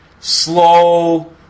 slow